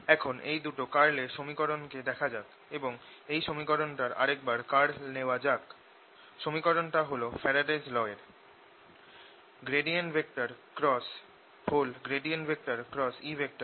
এখন এই দুটো কার্লের সমীকরণকে দেখা যাক এবং এই সমীকরণটার আরেকবার কার্ল নেওয়া যাক - সমীকরণ টা হল ফ্যারাডেস ল এর